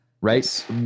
right